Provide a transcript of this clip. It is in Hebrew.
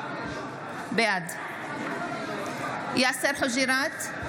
בעד יאסר חוג'יראת,